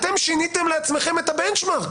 אתם שיניתם לעצמכם את הבנצ'מארק